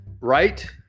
right